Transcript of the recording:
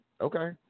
Okay